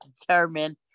determined